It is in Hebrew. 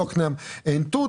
יוקנעם-עין תות.